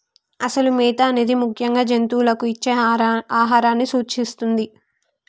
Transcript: అసలు మేత అనేది ముఖ్యంగా జంతువులకు ఇచ్చే ఆహారాన్ని సూచిస్తుంది